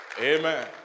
Amen